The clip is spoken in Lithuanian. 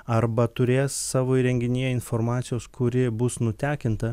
arba turės savo įrenginyje informacijos kuri bus nutekinta